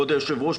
כבוד היושב-ראש,